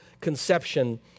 conception